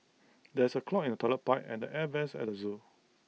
there is A clog in the Toilet Pipe and the air Vents at the Zoo